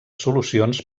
solucions